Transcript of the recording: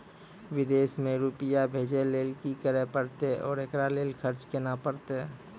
विदेश मे रुपिया भेजैय लेल कि करे परतै और एकरा लेल खर्च केना परतै?